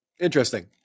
Interesting